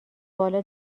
بالا